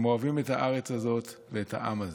הם אוהבים את הארץ הזאת ואת העם הזה.